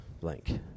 blank